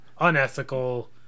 Unethical